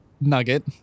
Nugget